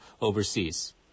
overseas